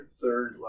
third